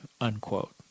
unquote